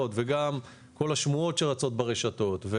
וגם כל השמועות שרצות ברשתות.